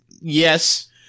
Yes